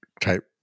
type